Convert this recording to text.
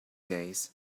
days